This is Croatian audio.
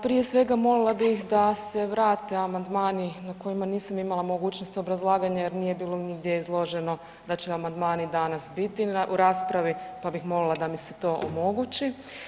Prije svega molila bih da se vrate amandmani na kojima nisam imala mogućnosti obrazlaganje jer nije bilo nigdje izloženo da će amandmani danas biti u raspravi, pa bih molila da mi se to omogući.